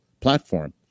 platform